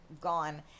gone